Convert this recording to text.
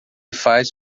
faz